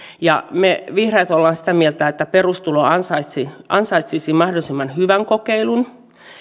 me vihreät olemme sitä mieltä että perustulo ansaitsisi ansaitsisi mahdollisimman hyvän kokeilun